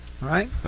Right